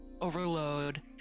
overload